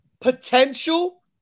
Potential